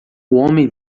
homem